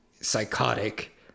psychotic